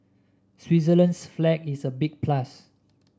Switzerland's flag is a big plus